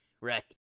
Right